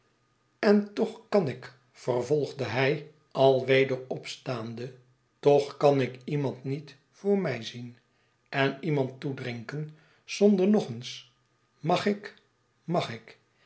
en toch kan ik vervolgde hij alweder opstaande toch kan ik iemand niet voor mij zien en iemand toedrinken zonder nog eens mag ik mag ik